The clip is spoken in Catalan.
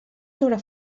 sobre